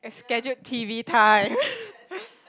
scheduled T_V time